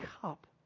cup